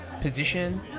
position